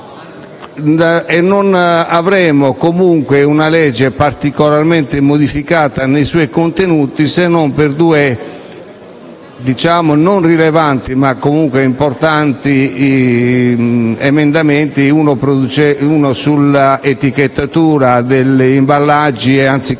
e non avremo comunque una legge particolarmente modificata nei suoi contenuti, se non per due non rilevanti, ma comunque importanti, emendamenti: uno sull'etichettatura, che resta